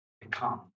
become